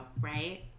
right